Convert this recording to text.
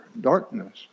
darkness